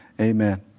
Amen